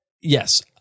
Yes